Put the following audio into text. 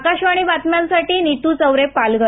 आकाशवाणी बातम्यांसाठी नीतू चौरे पालघर